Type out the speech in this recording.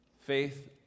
Faith